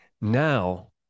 now